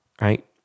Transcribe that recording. Right